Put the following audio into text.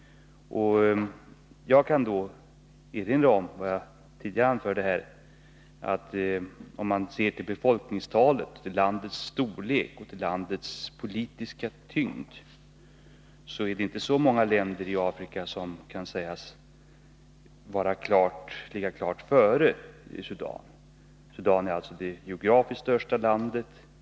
Om vi ser till befolkningstalet, landets storlek och dess politiska tyngd, finner vi att det inte är så många länder i Afrika som kan sägas ligga klart före Sudan. Sudan är till ytan Afrikas största land.